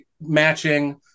matching